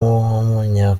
w’umunya